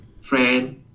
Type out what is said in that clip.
friend